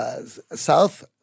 south